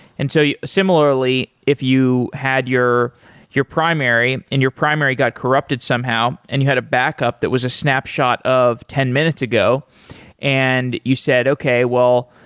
and so similarly, if you had your your primary, and your primary got corrupted somehow and you had a backup that was a snapshot of ten minutes ago and you said, okay. well,